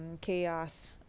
chaos